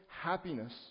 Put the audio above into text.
happiness